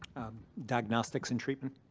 diagnostics and treatment.